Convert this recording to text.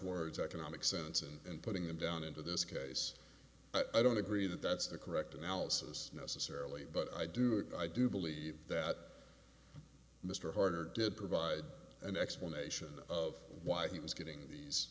words economic sense and putting them down into this case i don't agree that that's a correct analysis necessarily but i do it i do believe that mr harder did provide an explanation of why he was getting these